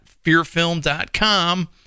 fearfilm.com